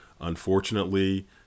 unfortunately